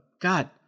god